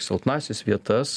silpnąsias vietas